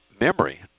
memory